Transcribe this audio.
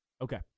Okay